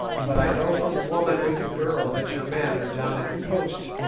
but i know from the woman with the girl that your men are down at the coast,